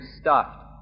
stuffed